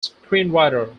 screenwriter